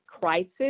crisis